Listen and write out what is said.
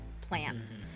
plants